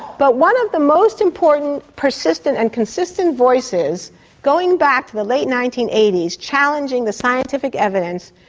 but one of the most important persistent and consistent voices going back to the late nineteen eighty s, challenging the scientific evidence,